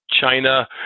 China